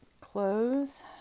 close